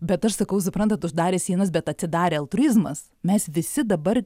bet aš sakau suprantat uždarė sienas bet atsidarė altruizmas mes visi dabar